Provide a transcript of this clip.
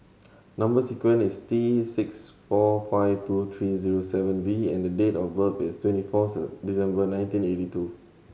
number sequence is T six four five two three zero seven V and date of birth is twenty four December nineteen eighty two